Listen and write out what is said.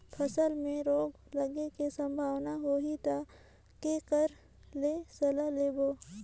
फसल मे रोग लगे के संभावना होही ता के कर ले सलाह लेबो?